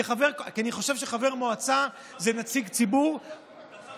כי אני חושב שחבר מועצה זה נציג ציבור תחשוב